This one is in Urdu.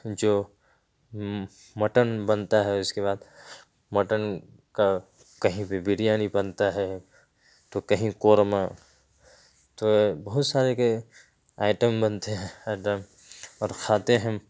جو مٹن بنتا ہے اس کے بعد مٹن کا کہیں پہ بھی بریانی بنتا ہے تو کہیں قورمہ تو بہت سارے کے آئیٹم بنتے ہیں ہر دم اور خاتے ہیں